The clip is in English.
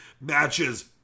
matches